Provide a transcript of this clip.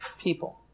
people